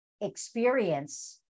experience